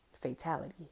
fatality